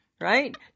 Right